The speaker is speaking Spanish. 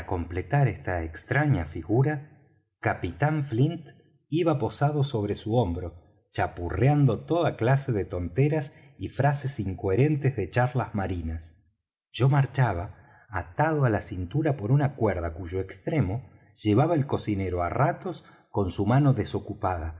completar esta extraña figura capitán flint iba posado sobre su hombro chapurreando toda clase de tonteras y frases incoherentes de charlas marinas yo marchaba atado á la cintura por una cuerda cuyo extremo llevaba el cocinero á ratos con su mano desocupada á